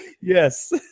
Yes